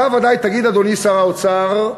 אתה ודאי תגיד, אדוני שר האוצר,